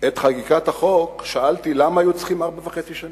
את חקיקת החוק שאלתי: למה היו צריכים ארבע וחצי שנים?